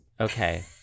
Okay